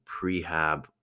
prehab